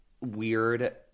weird